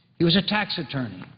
he was a tax attorney.